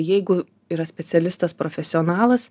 jeigu yra specialistas profesionalas